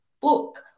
book